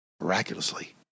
Miraculously